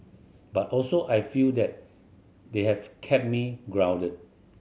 but also I feel that they have kept me grounded